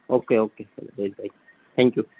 okay okay જયેશભાઈ thank you